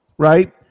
Right